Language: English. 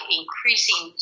increasing